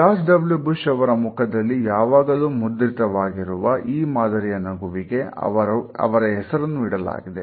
George W Bush ಅವರ ಮುಖದಲ್ಲಿ ಯಾವಾಗಲೂ ಮುದ್ರಿತವಾಗಿರುವ ಈ ಮಾದರಿಯ ನಗುವಿಗೆ ಅವರ ಹೆಸರನ್ನು ನೀಡಲಾಗಿದೆ